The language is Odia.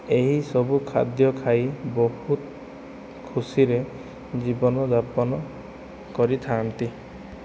ଏହିସବୁ ଖାଦ୍ୟ ଖାଇ ବହୁତ ଖୁସିରେ ଜୀବନ ଯାପନ କରିଥାନ୍ତି